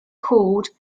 called